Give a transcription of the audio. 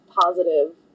positive